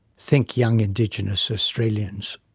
think young indigenous australians.